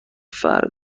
فرد